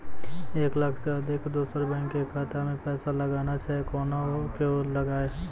एक लाख से अधिक दोसर बैंक के खाता मे पैसा लगाना छै कोना के लगाए?